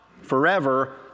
Forever